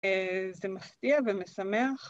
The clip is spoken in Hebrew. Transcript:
זה מפתיע ומשמח.